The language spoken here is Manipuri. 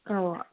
ꯑ